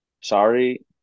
sorry